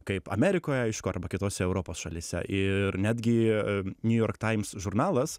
kaip amerikoje aišku arba kitose europos šalyse ir netgi niu jork taims žurnalas